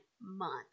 Month